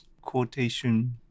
quotation